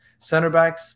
centerbacks